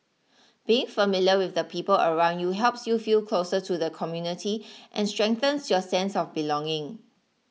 being familiar with the people around you helps you feel closer to the community and strengthens your sense of belonging